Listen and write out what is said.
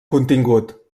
contingut